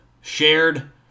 shared